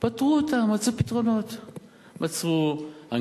פטרו אותם, מצאו פתרונות.